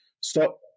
stop